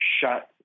shut